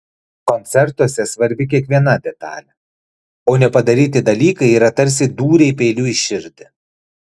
koncertuose svarbi kiekviena detalė o nepadaryti dalykai yra tarsi dūriai peiliu į širdį